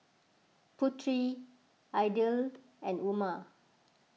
Putri Aidil and Umar